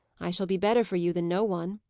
i shall be better for you than no one.